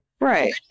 right